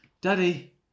Daddy